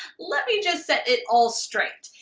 let me just set it all straight.